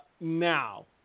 now